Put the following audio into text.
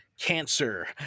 Cancer